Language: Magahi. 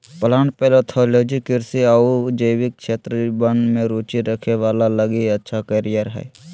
प्लांट पैथोलॉजी कृषि आऊ जैविक क्षेत्र वन में रुचि रखे वाला लगी अच्छा कैरियर हइ